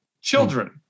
children